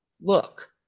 look